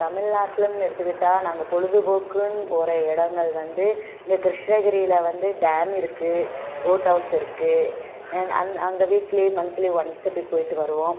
தமிழ் நாட்டுலனு எடுத்துக்கிட்டா நாங்கள் பொழுது போக்குன்னு போகிற இடங்கள் வந்து இங்கே கிருஷ்ணகிரியில வந்து டேம் இருக்கு போட் ஹவுஸ் இருக்கு அங்கே வீக்லி மந்த்லி ஒன்ஸ் இப்படி போய்ட்டு வருவோம்